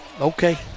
okay